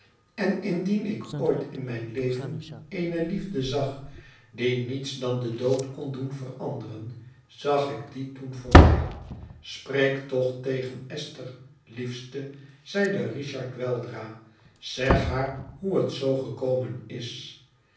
en indien ik ooit in mijn leven eene liefde zag die niets dan de dood kon doen veranderen zag ik die toen voor mij spreek toch tegen esther liefste zeide richard weldra zeg haar hoe het zoo gekomen is